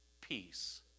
peace